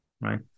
right